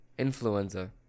Influenza